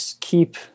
keep